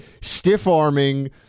stiff-arming